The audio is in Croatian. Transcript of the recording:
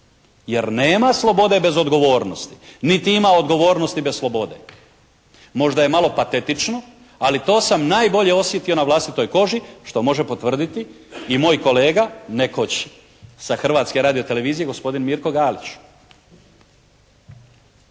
Jer nema slobode bez odgovornosti niti ima odgovornosti bez slobode. Možda je malo patetično ali to sam najbolje osjetio na vlastitoj koži što može potvrditi i moj kolega nekoć sa Hrvatske radiotelevizije, gospodin Mirko Galić.